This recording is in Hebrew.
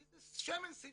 כי זה שמן CBD,